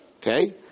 Okay